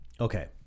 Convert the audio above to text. Okay